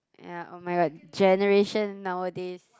ya [oh]-my-god generation nowadays